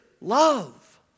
love